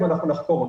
ונחקור אותו.